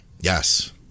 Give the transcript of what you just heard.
Yes